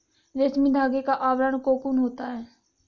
रेशमी धागे का आवरण कोकून होता है